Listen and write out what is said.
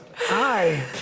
Hi